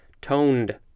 toned